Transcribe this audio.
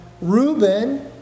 Reuben